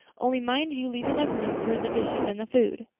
only mind you leave enough room for the dishes and the food.